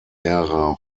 ära